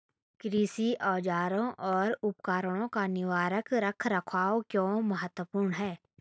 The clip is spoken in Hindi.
कृषि औजारों और उपकरणों का निवारक रख रखाव क्यों महत्वपूर्ण है?